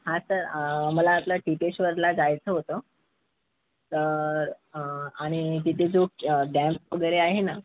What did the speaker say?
हां सर मला आपला टीपेश्वरला जायचं होतं तर आणि तिथे जो डॅम वगैरे आहे ना